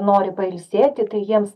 nori pailsėti tai jiems